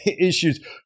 issues